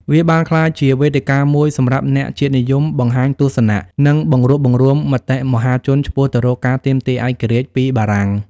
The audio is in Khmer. វាបានក្លាយជាវេទិកាមួយសម្រាប់អ្នកជាតិនិយមបង្ហាញទស្សនៈ និងបង្រួបបង្រួមមតិមហាជនឆ្ពោះទៅរកការទាមទារឯករាជ្យពីបារាំង។